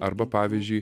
arba pavyzdžiui